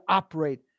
operate